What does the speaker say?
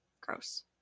gross